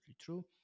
true